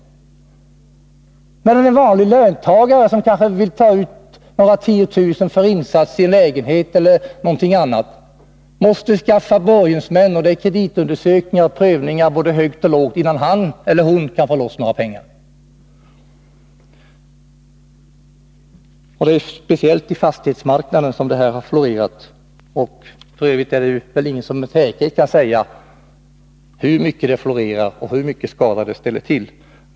Samtidigt måste en vanlig företagare, som kanske vill ta ut några tiotusental kronor för insats i en lägenhet eller något annat, skaffa borgensmän och utstå kreditundersökningar och prövningar innan han kan få låna några pengar. Detta missbruk florerar speciellt i fastighetsmarknaden, men det är ingen som med säkerhet kan säga hur mycket det ställer till.